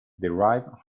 derive